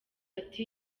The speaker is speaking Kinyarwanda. ati